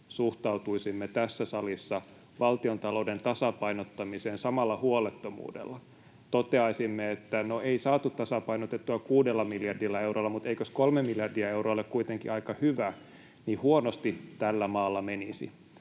suhtautuisimme tässä salissa valtiontalouden tasapainottamiseen samalla huolettomuudella ja toteaisimme, että ”no, ei saatu tasapainotettua 6 miljardilla eurolla, mutta eikös 3 miljardia euroa kuitenkin aika hyvä”, niin huonosti tällä maalla menisi.